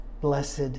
blessed